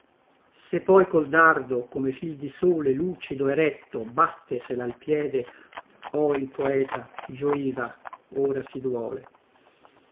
se poi col dardo come fil di sole lucido e retto bàttesela al piede oh il poeta gioiva ora si duole